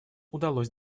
удалось